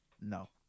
No